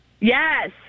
Yes